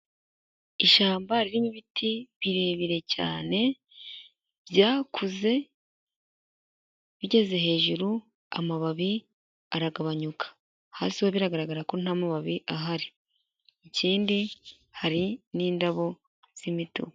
Ishyamba ririmo ibiti birebire cyane, byakuze bigeze hejuru amababi araragabanyuka, hasi ho biragaragara ko nta mababi ahari, ikindi hari n'indabo z'imituku.